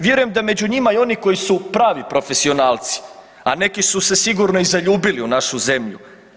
Vjerujem da među njima i oni koji su pravi profesionalci, a neki su se sigurno i zaljubili u našu zemlju.